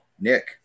Nick